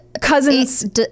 cousins